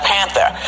Panther